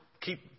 keep